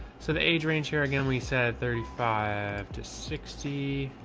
so the age range here again, we said thirty five to sixty.